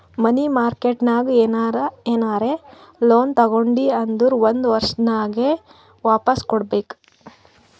ಮನಿ market ನಾಗ್ ಏನರೆ loan ತಗೊಂಡಿ ಅಂದುರ್ ಒಂದ್ ವರ್ಷನಾಗೆ ವಾಪಾಸ್ ಕೊಡ್ಬೇಕ್